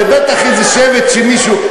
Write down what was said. זה בטח איזה שבט שמישהו,